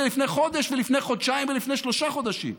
לפני חודש ולפני חודשיים ולפני שלושה חודשים?